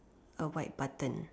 a white button